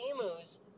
emus